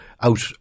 out